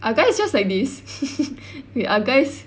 are guys just like this w~ are guys